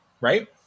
right